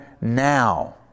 now